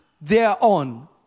thereon